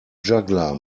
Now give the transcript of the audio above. juggler